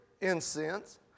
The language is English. incense